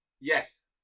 Yes